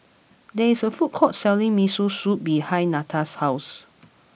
there is a food court selling Miso Soup behind Netta's house